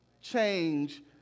change